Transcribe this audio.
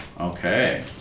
Okay